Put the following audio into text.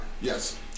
Yes